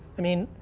i mean,